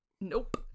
nope